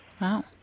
Wow